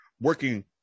working